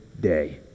day